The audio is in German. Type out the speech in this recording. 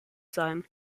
seien